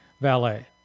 valet